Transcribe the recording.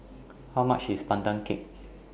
How much IS Pandan Cake